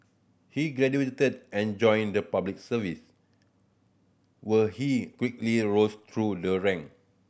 he graduated and joined the Public Service where he quickly rose through the rank